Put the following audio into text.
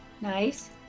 Nice